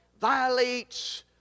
violates